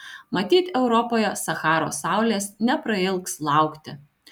matyt europoje sacharos saulės neprailgs laukti